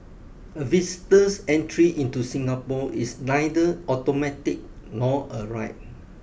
a visitor's entry into Singapore is neither automatic nor a right